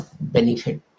benefit